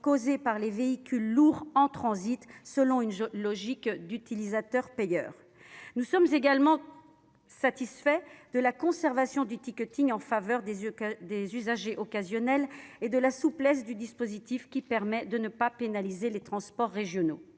causées par les véhicules lourds en transit, selon une logique d'utilisateur-payeur. Nous sommes également satisfaits de la conservation du en faveur des usagers occasionnels et de la souplesse du dispositif qui permet de ne pas pénaliser les transports régionaux.